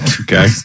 Okay